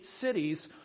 cities